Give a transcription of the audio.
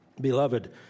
Beloved